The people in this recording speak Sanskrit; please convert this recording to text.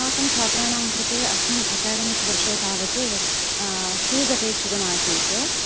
अस्माकं छात्राणां कृते अस्मिन् अकेडेमिक् वर्षे तावत् शूस् अपेक्षितमासीत्